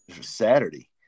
Saturday